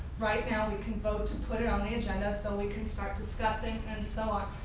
right now we can vote to put it on the agenda so we can start discussing and so on.